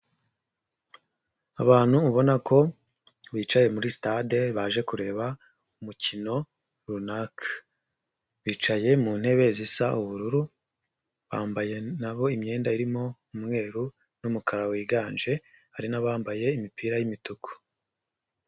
Abantu ubona ko bicaye muri sitade baje kureba umukino runaka, bicaye mu ntebe zisa ubururu, bambayebo imyenda irimo umweru n'umukara, wiganje, hari n'abambaye imipira y'imituku.